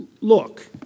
look